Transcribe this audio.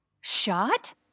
Shot